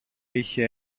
είχε